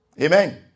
Amen